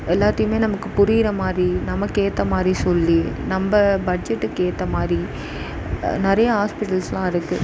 எல்லாத்தையுமே நமக்கு புரிகிற மாதிரி நமக்கு ஏத்தமாதிரி சொல்லி நம்ம பட்ஜெட்டுக்கு ஏத்தமாதிரி நிறையா ஹாஸ்பிடல்ஸ்லாம் இருக்குது